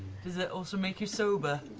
does it also make you sober?